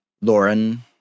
Lauren